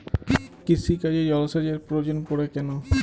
কৃষিকাজে জলসেচের প্রয়োজন পড়ে কেন?